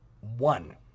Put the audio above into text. One